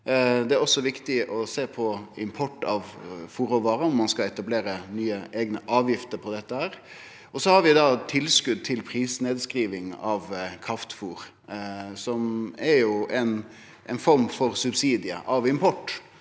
Det er også viktig å sjå på import av fôrråvarer, om ein skal etablere nye, eigne avgifter på dette. Så har vi tilskot til prisnedskriving av kraftfôr, som er ei form for subsidie på import,